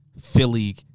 Philly